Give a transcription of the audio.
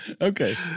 Okay